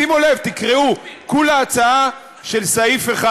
שימו לב, תקראו, כולה הצעה של סעיף אחד: